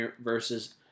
versus